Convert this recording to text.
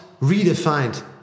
redefined